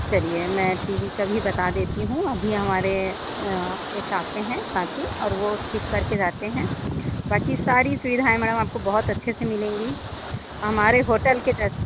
चलिए मैं TV का भी बता देती हूँ अभी हमारे एक आते है साथी और वो ठीक करके जाते है बाकी सारी सुविधाएं मैडम आपको अच्छे से मिलेगी हमारे होटल के जैसे